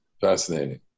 Fascinating